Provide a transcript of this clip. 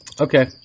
Okay